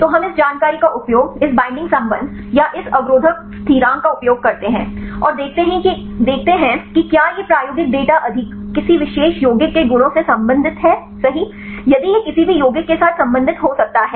तो हम इस जानकारी का उपयोग इस बिंडिंग संबंध या इस अवरोधक स्थिरांक का उपयोग करते हैं और देखते हैं कि क्या ये प्रायोगिक डेटा अधिकार किसी विशेष यौगिक के गुणों से संबंधित हैं यदि यह किसी भी यौगिक के साथ संबंधित हो सकता है